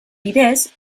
bitartez